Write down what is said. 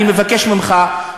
אני מבקש ממך,